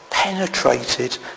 Penetrated